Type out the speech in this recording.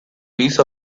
piece